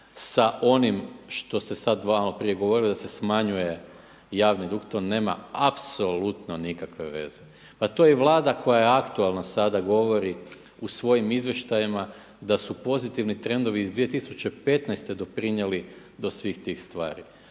s onim što sam malo prije govorio da se smanjuje javni dug, to nema apsolutno nikakve veze. Pa to i Vlada koja je aktualna sada govori u svojim izvještajima da su pozitivni trendovi iz 2015. godine doprinijeli do svih tih stvari.